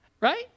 Right